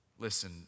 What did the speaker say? Listen